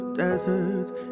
deserts